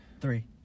Three